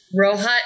Rohat